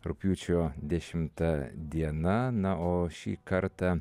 rugpjūčio dešimta diena na o šį kartą